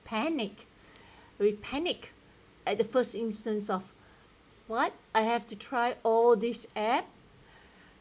panic we panic at the first instance of what I have to try all this app